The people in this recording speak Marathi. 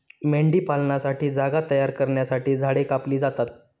मेंढीपालनासाठी जागा तयार करण्यासाठी झाडे कापली जातात